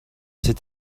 cet